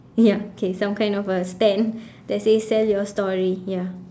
ya K some kind of a stand that says sell your story ya